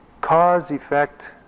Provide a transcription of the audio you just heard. cause-effect